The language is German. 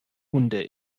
hunde